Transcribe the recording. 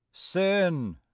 Sin